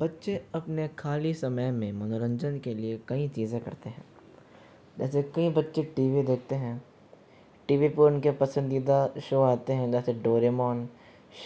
बच्चे अपने खाली समय में मनोरंजन के लिए कई चीज़ें करते हैं जैसे कई बच्चे टी वी देखते हैं टी वी पर उनके पसंदीदा शो आते है जैसे डोरेमोन